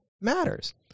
matters